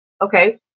okay